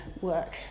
work